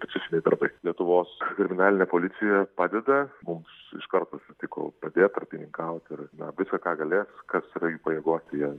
specifiniai darbai lietuvos kriminalinė policija padeda mums iš karto sutiko padėt tarpininkaut ir na viską ką galės kas yra jų pajėgose jie